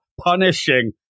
punishing